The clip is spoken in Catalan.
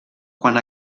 quan